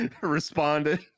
Responded